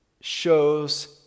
shows